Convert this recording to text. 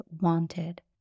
wanted